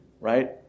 right